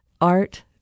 art